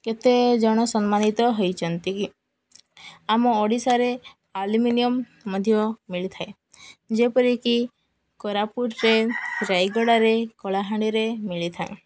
କେତେ ଜଣ ସମ୍ମାନିତ ହୋଇଛନ୍ତି କି ଆମ ଓଡ଼ିଶାରେ ଆଲ୍ୟୁମିନିୟମ ମଧ୍ୟ ମିଳିଥାଏ ଯେପରିକି କୋରାପୁଟରେ ରାୟଗଡ଼ାରେ କଳାହାଣ୍ଡିରେ ମିଳିଥାଏ